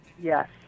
Yes